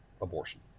abortion